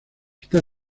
está